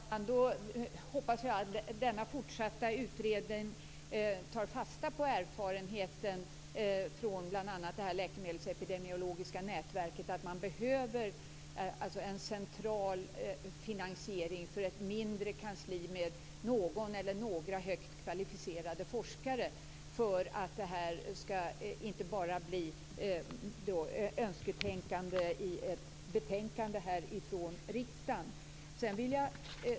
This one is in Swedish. Fru talman! Då hoppas jag att denna fortsatta utredning tar fasta på erfarenheten från bl.a. läkemedelsepidemiologiska nätverket, att man behöver en central finansiering för ett mindre kansli med någon eller några högt kvalificerade forskare för att det inte bara skall bli önsketänkande i ett betänkande från riksdagen.